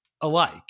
alike